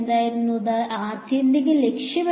എന്തായിരുന്നു ഞങ്ങളുടെ ആത്യന്തിക ലക്ഷ്യം